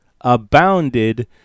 abounded